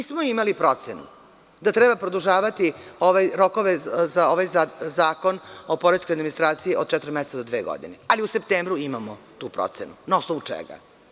Nismo imali procenu da treba produžavati rokove za ovaj Zakon o poreskoj administraciji od četiri meseca do dve godine, ali u septembru imamo tu procenu na osnovu čega?